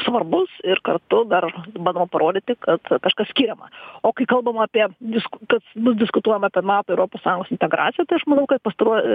svarbus ir kartu dar manau parodyti kad kažkas skiriama o kai kalbame apie disk kas nu diskutuojam apie nato europos integraciją tai aš manau kad pastaruoju